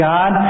God